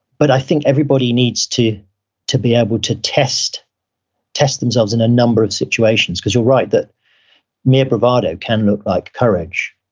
but i think everybody needs to to be able to test test themselves in a number of situations. cause you're right that mere bravado can look like courage,